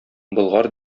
болгар